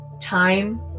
time